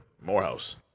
Morehouse